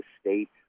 State